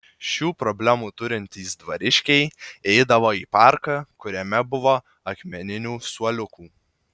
šių problemų turintys dvariškiai eidavo į parką kuriame buvo akmeninių suoliukų